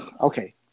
okay